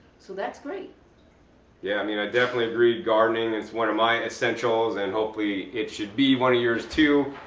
so that's great. john yeah i mean i definitely agree. gardening is one of my essentials and hopefully it should be one of yours too.